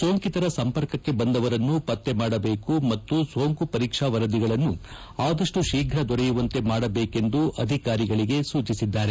ಸೋಂಕಿತರ ಸಂಪರ್ಕಕ್ಕೆ ಬಂದವರನ್ನು ಪತ್ತೆ ಮಾಡಬೇಕು ಮತ್ತು ಸೋಂಕು ಪರೀಕ್ಷಾ ವರದಿಗಳನ್ನು ಅದಷ್ಟು ಶೀಘ್ರ ದೊರೆಯುವಂತೆ ಮಾಡಬೇಕೆಂದು ಅಧಿಕಾರಿಗಳಿಗೆ ಸೂಚಿಸಿದ್ದಾರೆ